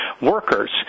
workers